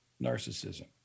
Narcissism